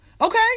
Okay